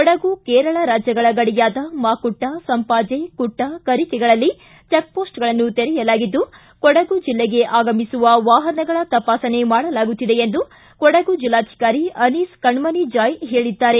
ಕೊಡಗು ಕೇರಳ ರಾಜ್ಞಗಳ ಗಡಿಯಾದ ಮಾಕುಟ್ಲ ಸಂಪಾಜೆ ಕುಟ್ಲ ಕರಿಕೆಗಳಲ್ಲಿ ಚೆಕ್ ಪೋಸ್ಟ್ಗಳನ್ನು ತೆರೆಯಲಾಗಿದ್ದು ಕೊಡಗು ಜೆಲ್ಲೆಗೆ ಆಗಮಿಸುವ ವಾಹನಗಳ ತಪಾಸಣೆ ಮಾಡಲಾಗುತ್ತಿದೆ ಎಂದು ಕೊಡಗು ಜಿಲ್ಲಾಧಿಕಾರಿ ಅನೀಸ್ ಕಣ್ಣಣಿ ಜಾಯ್ ತಿಳಿಸಿದ್ದಾರೆ